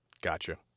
Gotcha